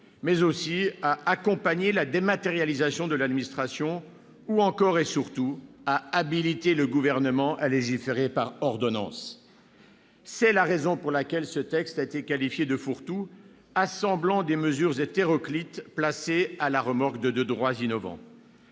mais aussi à accompagner la dématérialisation de l'administration, ou encore, et surtout, à habiliter le Gouvernement à légiférer par ordonnance. C'est la raison pour laquelle ce texte a été qualifié de « fourre-tout » assemblant des mesures hétéroclites placées à la remorque de deux droits innovants.